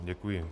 Děkuji.